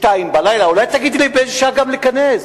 02:00. אולי תגיד לי באיזה שעה גם להיכנס,